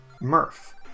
Murph